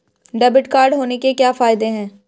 Debit card होने के क्या फायदे हैं?